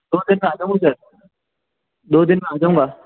दो दिन में आ जाऊंगा सर दो दिन में आ जाऊंगा